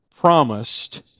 promised